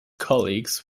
colleagues